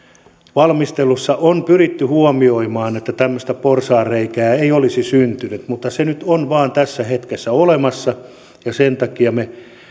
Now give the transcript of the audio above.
valmistelussa on pyritty huomioimaan että tämmöistä porsaanreikää ei olisi syntynyt mutta se nyt vain on tässä hetkessä olemassa ja sen takia me